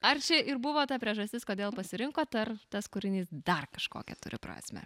ar čia ir buvo ta priežastis kodėl pasirinkot ar tas kūrinys dar kažkokią turi prasmę